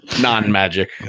non-magic